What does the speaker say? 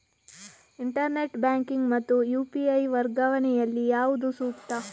Internet banking ಮತ್ತು UPI ವರ್ಗಾವಣೆ ಯಲ್ಲಿ ಯಾವುದು ಸೂಕ್ತ?